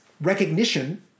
recognition